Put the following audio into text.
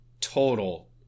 total